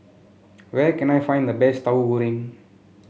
where can I find the best Tahu Goreng